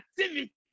activity